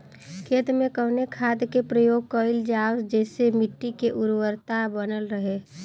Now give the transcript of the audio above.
खेत में कवने खाद्य के प्रयोग कइल जाव जेसे मिट्टी के उर्वरता बनल रहे?